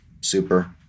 super